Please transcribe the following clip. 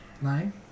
nine